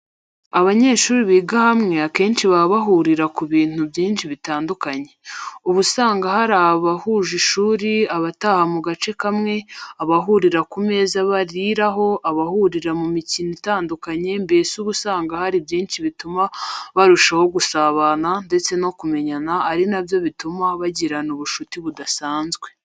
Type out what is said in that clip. Abanyeshuri biga hamwe akenshi baba bahurira ku bintu byinshi bitandukanye. Uba usanga hari abshuje ishuri, abataha mu gace kamwe, abahurira ku meza bariraho, abahurira mu mikino itandukanye mbese uba usanga hari byinshi bituma barushsho gusabana ndetse no kumenyana ari nabyo bituma bagirana ubushuti budasanzwe.